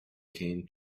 came